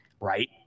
right